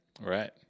Right